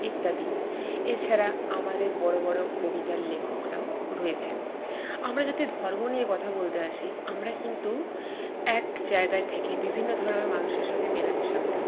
ইত্যাদি এছাড়া আমাদের বড় বড় কবিতার লেখকরাও রয়েছেন আমরা যতই ধর্ম নিয়ে কথা বলতে আসি আমরা কিন্তু এক জায়গায় থেকে বিভিন্ন ধর্মের মানুষের সথে মেলামেশা করি